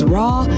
raw